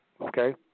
Okay